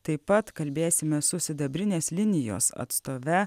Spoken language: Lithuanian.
taip pat kalbėsime su sidabrinės linijos atstove